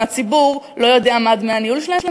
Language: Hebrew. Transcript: מהציבור לא יודעים כמה הם דמי הניהול שלהם,